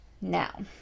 Now